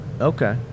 Okay